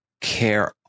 care